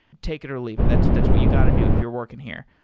take it or leave it. that's that's what you got to do if you're working here.